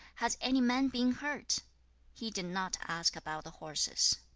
has any man been hurt he did not ask about the horses.